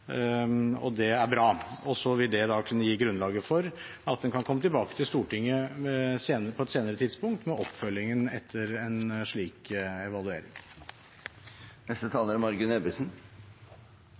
Det er bra, og det vil kunne gi grunnlag for at en kan komme tilbake til Stortinget på et senere tidspunkt med oppfølgingen av en slik evaluering.